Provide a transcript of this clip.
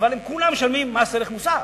אבל כולם משלמים מס ערך מוסף.